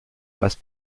passe